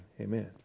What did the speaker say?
Amen